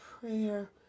prayer